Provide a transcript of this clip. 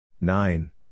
nine